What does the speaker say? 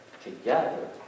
together